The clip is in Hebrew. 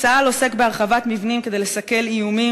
צה"ל עוסק בהחרבת מבנים כדי לסכל איומים